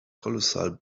colossal